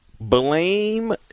Blame